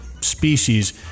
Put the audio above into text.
species